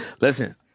Listen